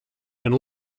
and